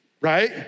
Right